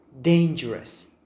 Dangerous